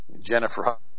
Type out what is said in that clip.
Jennifer